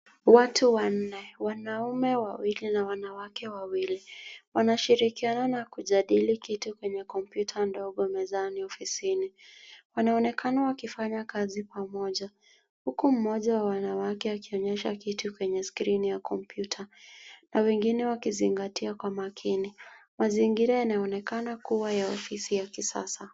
Watubwannne, wanaume wawili na wanawake wawili wanashirikiana na kujadili kitu kwenye kompyuta ndogo mezani ofisini. Wanaonekana wakifanya kazi pamoja huku moja wa wanawake akionyesha kitu kwenye skrini ya kompyuta na wengine wakizingatia kwa makini. Mazingira yanaonekana kuwa ya ofisi ya kisasa.